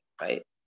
right